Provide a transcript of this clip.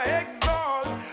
exalt